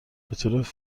بطور